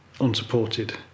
unsupported